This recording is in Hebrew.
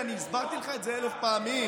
הסברתי לך את זה אלף פעמים.